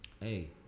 hey